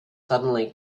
suddenly